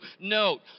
Note